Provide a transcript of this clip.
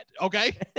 Okay